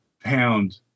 pound